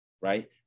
right